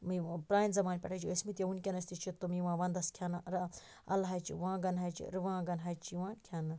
یِم پرانہِ زَمانہ پیٚٹھے چھِ ٲسۍمٕتۍ ونکیٚنَس تہِ چھِ تِم یِوان وَندَس کھیٚنہٕ الہٕ اَلہٕ ہَچہِ وانٛگَن ہَچہِ رُوانٛگَن ہَچہِ چھِ یِوان کھیٚنہٕ